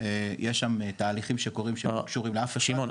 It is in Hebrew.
יש שם תהליכים שקורים שם שלא קשורים לאף אחד --- שמעון,